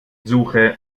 suche